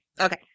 Okay